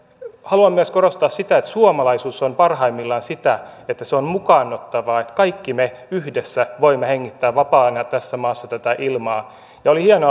haluan myös korostaa sitä että suomalaisuus on parhaimmillaan sitä että se on mukaan ottavaa että kaikki me yhdessä voimme hengittää vapaana tässä maassa tätä ilmaa ja oli hieno